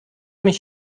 mich